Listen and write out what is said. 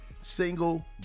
single